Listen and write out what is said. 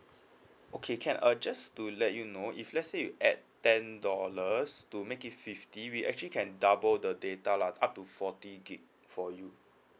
okay can uh just to let you know if let's say you add ten dollars to make it fifty we actually can double the data lah up to forty gig for you